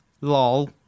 Lol